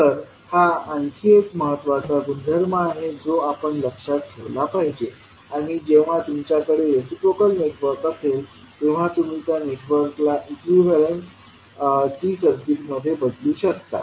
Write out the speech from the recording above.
तर हा आणखी एक महत्त्वाचा गुणधर्म आहे जो आपण लक्षात ठेवला पाहिजे आणि जेव्हा तुमच्याकडे रिसिप्रोकल नेटवर्क असेल तेव्हा तुम्ही त्या नेटवर्कला इक्विवेलेंट T सर्किटमध्ये बदलू शकता